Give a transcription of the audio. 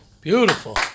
Beautiful